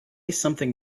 something